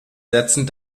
setzen